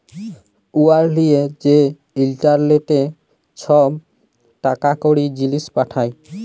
উয়ার লিয়ে যে ইলটারলেটে ছব টাকা কড়ি, জিলিস পাঠায়